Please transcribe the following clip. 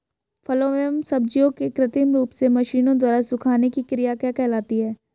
फलों एवं सब्जियों के कृत्रिम रूप से मशीनों द्वारा सुखाने की क्रिया क्या कहलाती है?